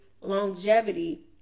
longevity